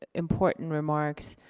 and important remarks.